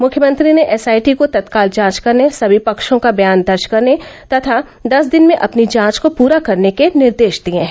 मुख्यमंत्री ने S I T को तत्काल जांच करने सभी पक्षों का बयान दर्ज करने तथा दस दिन में अपनी जांच को पूरा करने के निर्देश दिए हैं